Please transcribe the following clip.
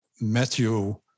Matthew